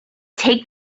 take